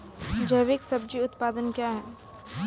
जैविक सब्जी उत्पादन क्या हैं?